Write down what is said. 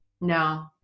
No